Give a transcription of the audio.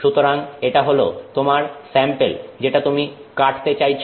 সুতরাং এটা হল তোমার স্যাম্পেল যেটা তুমি কাটতে চাইছো